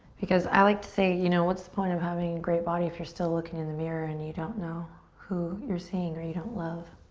because i like to say you know what's the point of having a great body if you're still looking in the mirror and you don't know who you're seeing or you don't love